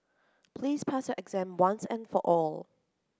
please pass your exam once and for all